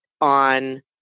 on